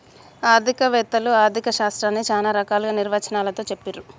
ఆర్థిక వేత్తలు ఆర్ధిక శాస్త్రాన్ని చానా రకాల నిర్వచనాలతో చెప్పిర్రు